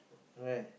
right